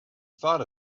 thought